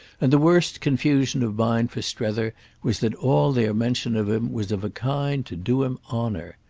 and the worst confusion of mind for strether was that all their mention of him was of a kind to do him honour.